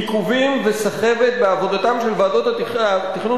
עיכובים וסחבת בעבודתן של ועדות התכנון